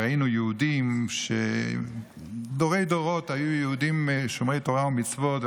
וראינו דורי-דורות של יהודים שומרי תורה ומצוות,